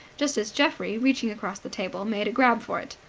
just as geoffrey, reaching across the table, made a grab for it.